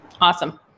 Awesome